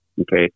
okay